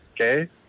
Okay